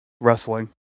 wrestling